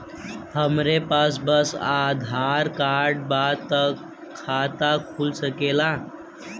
हमरे पास बस आधार कार्ड बा त खाता खुल सकेला?